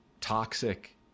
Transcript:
toxic